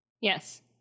Yes